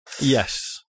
Yes